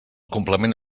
complement